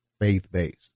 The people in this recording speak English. faith-based